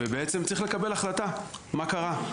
ובצעם צריך לקבל החלטה מה קרה.